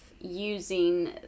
using